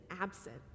absent